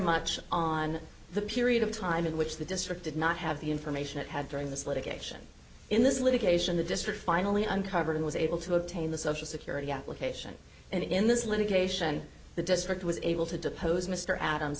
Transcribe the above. much on the period of time in which the district did not have the information it had during this litigation in this litigation the district finally uncovered and was able to obtain the social security application and in this litigation the district was able to depose mr adams